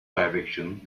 direction